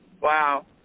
Wow